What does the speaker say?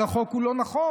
אבל החוק הוא לא נכון,